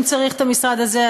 אם צריך את המשרד הזה,